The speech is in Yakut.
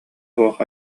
суох